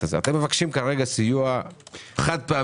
אתם מבקשים כרגע סיוע חד-פעמי.